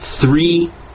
three